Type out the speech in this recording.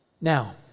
Now